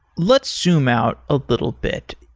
let's zoom out a little bit.